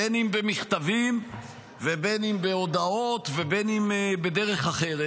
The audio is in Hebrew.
בין אם במכתבים ובין אם בהודעות ובין אם בדרך אחרת,